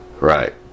right